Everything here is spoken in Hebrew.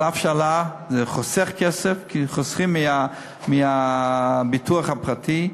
אף שעלה, זה חוסך כסף, כי חוסכים מהביטוח הפרטי.